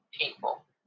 people